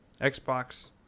Xbox